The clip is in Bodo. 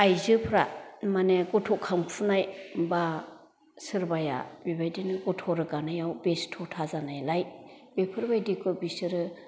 आयजोफ्रा मानि गथ' खांफुनाय बा सोरबाया बेबायदिनो गथ' रोगानायाव बेस्ट'था जानायलाय बेफोर बायदिखौ बिसोरो